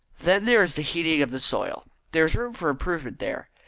then there is the heating of the soil. there is room for improvement there.